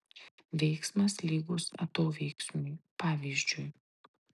veiksmas lygus atoveiksmiui pavyzdžiui